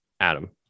Adam